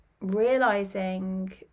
realizing